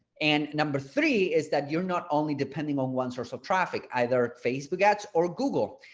and number three is that you're not only depending on one source of traffic, either facebook ads or google,